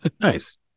nice